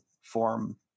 form